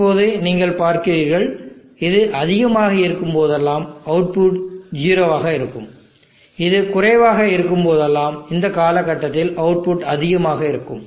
இப்போது நீங்கள் பார்க்கிறீர்கள் இது அதிகமாக இருக்கும்போதெல்லாம் அவுட்புட் 0 ஆக இருக்கும் இது குறைவாக இருக்கும்போதெல்லாம் இந்த காலகட்டத்தில் அவுட்புட் அதிகமாக இருக்கும்